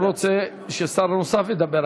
הוא רוצה ששר נוסף ידבר,